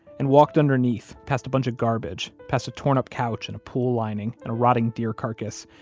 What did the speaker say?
and walked underneath past a bunch of garbage, past a torn-up couch, and a pool lining, and a rotting deer carcass,